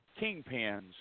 kingpins